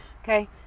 Okay